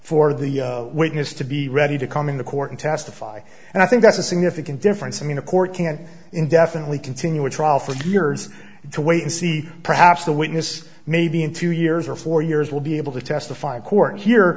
for the witness to be ready to come into court and testify and i think that's a significant difference i mean a court can't indefinitely continue a trial for years to wait and see perhaps the witness maybe in two years or four years will be able to testify in court here